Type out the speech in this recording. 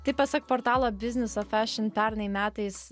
tai pasak portalo business of fashion pernai metais